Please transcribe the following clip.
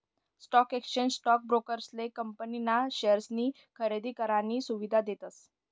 stock exchange stock ब्रोकरेसले company ना शेअर्सनी खरेदी करानी सुविधा देतस